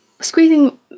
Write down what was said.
squeezing